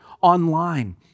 online